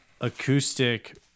acoustic